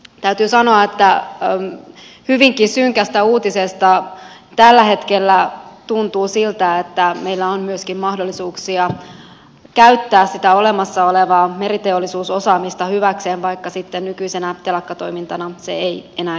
täytyy sanoa että hyvinkin synkästä uutisesta huolimatta tällä hetkellä tuntuu siltä että meillä on myöskin mahdollisuuksia käyttää sitä olemassa olevaa meriteollisuusosaamista hyväksemme vaikka sitten nykyisenä telakkatoimintana se ei enää jatkakaan